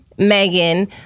Megan